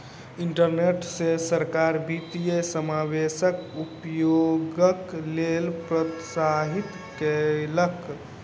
internet सॅ सरकार वित्तीय समावेशक उपयोगक लेल प्रोत्साहित कयलक